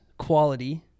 quality